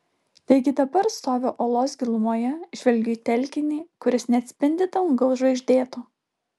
taigi dabar stoviu olos gilumoje žvelgiu į telkinį kuris neatspindi dangaus žvaigždėto